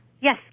Yes